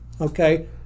okay